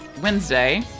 Wednesday